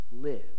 live